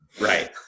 Right